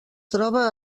troba